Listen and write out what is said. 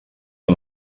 que